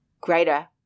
greater